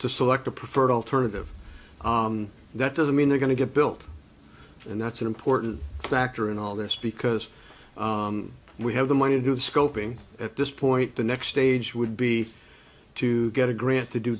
to select a preferred alternative that doesn't mean they're going to get built and that's an important factor in all this because we have the money to do the scoping at this point the next stage would be to get a grant to do